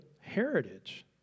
heritage